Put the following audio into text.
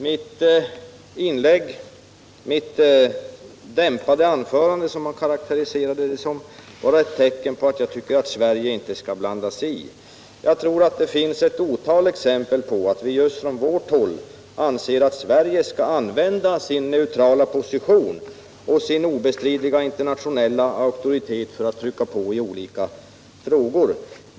Mitt inlägg - mitt dämpade anförande, som han karakteriserade det — skulle vara ett tecken på att jag tycker att Sverige inte skall blanda sig i. Jag tror att det finns ett otal exempel på att man just från vårt håll anser att Sverige skall använda sin neutrala position och sin obestridliga internationella auktoritet för att trycka på i olika frågor.